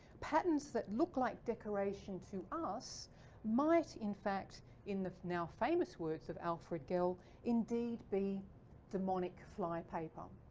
patterns that look like decoration to us might in fact in the now famous words of alfred gell indeed be demonic flypaper.